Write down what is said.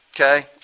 okay